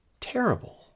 Terrible